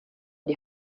die